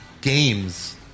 games